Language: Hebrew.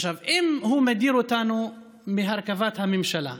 עכשיו, אם הוא מדיר אותנו מהרכבת הממשלה,